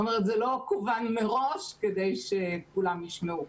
זאת אומרת זה לא כוון מראש כדי שכולם ישמעו,